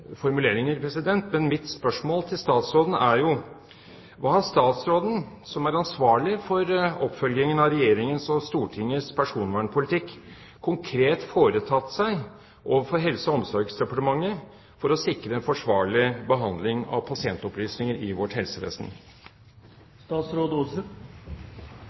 men mitt spørsmål til statsråden er: Hva har statsråden, som er ansvarlig for oppfølgingen av Regjeringens og Stortingets personvernpolitikk, konkret foretatt seg overfor Helse- og omsorgsdepartementet for å sikre en forsvarlig behandling av pasientopplysninger i vårt